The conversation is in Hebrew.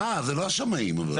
אה, זה לא השמאים, אבל.